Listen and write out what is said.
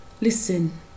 listen